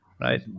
Right